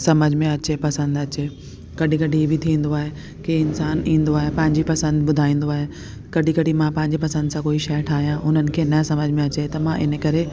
सम्झि में अचे पसंदि अचे कॾहिं कॾहिं हीअं बि थींदो आहे कि इन्सानु इंदो आहे पंहिंजी पसंदि ॿुधाईंदो आहे कॾहिं कॾहिं मां पंहिंजी पसंदि सां शइ ठाहियां उन्हनि खे न सम्झि में अचे त मां इन करे